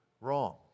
wrong